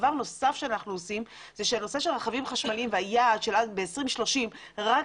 דבר נוסף שאנחנו עושים זה שהנושא של רכבים חשמליים והיעד ב-2030 רק